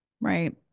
Right